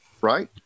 right